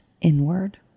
inward